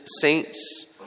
saints